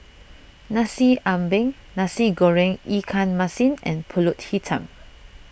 Nasi Ambeng Nasi Goreng Ikan Masin and Pulut Hitam